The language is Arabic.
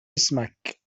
اسمك